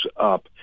up